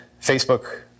Facebook